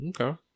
Okay